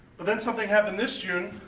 but then something happened this june,